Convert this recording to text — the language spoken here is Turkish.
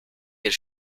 bir